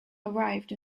arrived